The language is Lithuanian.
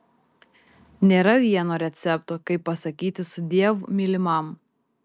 nėra vieno recepto kaip pasakyti sudiev mylimam